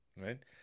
right